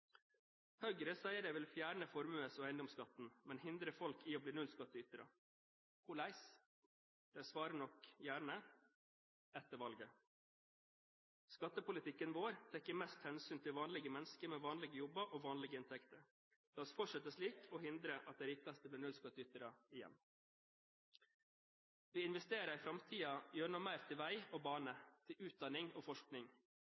Høyre sier de vil fjerne formues- og eiendomsskatten, men hindre folk i å bli nullskattytere. Hvordan? De svarer nok gjerne – etter valget. Skattepolitikken vår tar mest hensyn til vanlige mennesker med vanlige jobber og vanlige inntekter. La oss fortsette slik og hindre at de rikeste blir nullskattytere igjen. Vi investerer i framtiden gjennom mer til vei og bane, til utdanning og forskning.